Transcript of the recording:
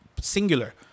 singular